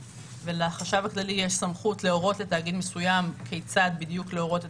ולחשב הכללי יש סמכות להורות לתאגיד מסוים כיצד בדיוק מה